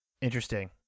Interesting